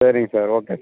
சரிங்க sir okay